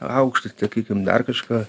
aukštus sakykim dar kažką